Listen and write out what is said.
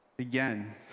again